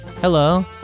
Hello